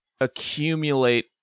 accumulate